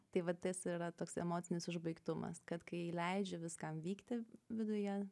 tai va tas ir yra toks emocinis užbaigtumas kad kai leidžiu viskam vykti viduje